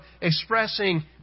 expressing